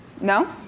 No